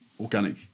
organic